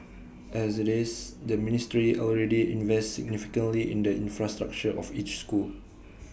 as IT is the ministry already invests significantly in the infrastructure of each school